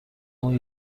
اون